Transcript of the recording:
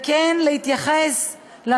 לא, לא,